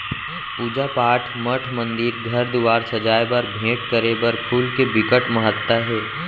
पूजा पाठ, मठ मंदिर, घर दुवार सजाए बर, भेंट करे बर फूल के बिकट महत्ता हे